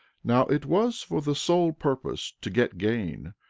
now, it was for the sole purpose to get gain,